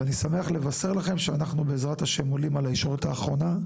ואני שמח לבשר לכם שאנחנו בעזרת השם עולים על הישורת האחרונה,